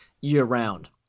year-round